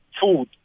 food